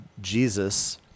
Jesus